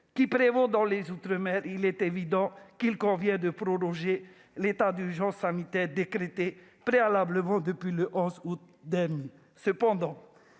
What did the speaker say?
qui prévaut dans les outre-mer, il est évident qu'il convient de proroger l'état d'urgence sanitaire décrété depuis le 11 août.